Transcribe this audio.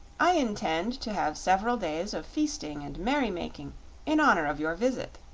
i intend to have several days of feasting and merry-making in honor of your visit.